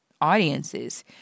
audiences